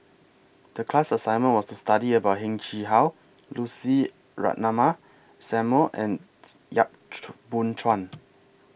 The class assignment was to study about Heng Chee How Lucy Ratnammah Samuel and Yap Boon Chuan